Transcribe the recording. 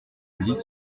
public